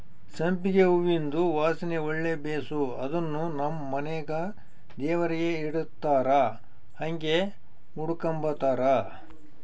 ಸಂಪಿಗೆ ಹೂವಿಂದು ವಾಸನೆ ಒಳ್ಳೆ ಬೇಸು ಅದುನ್ನು ನಮ್ ಮನೆಗ ದೇವರಿಗೆ ಇಡತ್ತಾರ ಹಂಗೆ ಮುಡುಕಂಬತಾರ